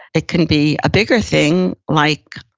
it can be a bigger thing like,